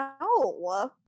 No